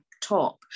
top